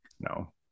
no